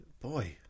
boy